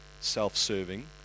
self-serving